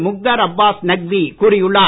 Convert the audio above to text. முக்தார் அப்பாஸ் நக்வி கூறியுள்ளார்